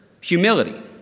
humility